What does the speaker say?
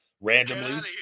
randomly